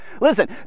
Listen